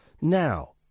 Now